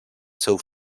seus